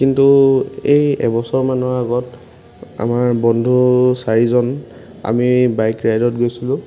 কিন্তু এই এবছৰ মানৰ আগত আমাৰ বন্ধু চাৰিজন আমি বাইক ৰাইডত গৈছিলো